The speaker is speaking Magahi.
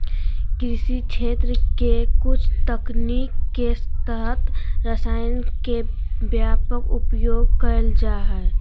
कृषि क्षेत्र के कुछ तकनीक के तहत रसायन के व्यापक उपयोग कैल जा हइ